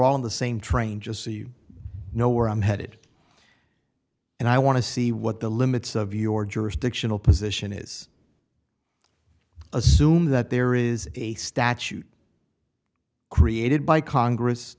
on the same train just so you know where i'm headed and i want to see what the limits of your jurisdictional position is assume that there is a statute created by congress